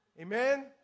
Amen